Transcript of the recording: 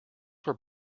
were